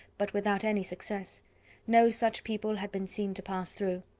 but without any success no such people had been seen to pass through.